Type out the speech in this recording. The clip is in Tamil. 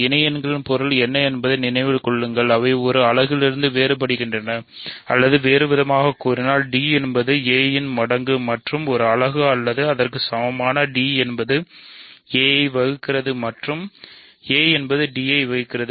இணை எண்களின் பொருள் என்ன என்பதை நினைவில் கொள்ளுங்கள் அவை ஒரு அலகிலிருந்து வேறுபடுகின்றன அல்லது வேறுவிதமாகக் கூறினால் d என்பது a யின் மடங்கு மற்றும் ஒரு அலகு அல்லது அதற்கு சமமாக d என்பது a ஐ வகிக்கிறது மற்றும் a என்பது d ஐ வகிக்கிறது